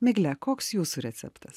migle koks jūsų receptas